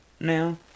now